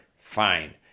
fine